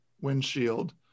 windshield